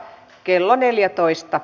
kello neljätoista